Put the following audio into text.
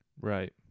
Right